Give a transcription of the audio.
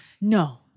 No